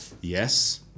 Yes